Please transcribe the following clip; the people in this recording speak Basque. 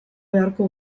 beharko